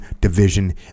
Division